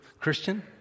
Christian